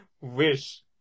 wish